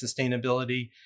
sustainability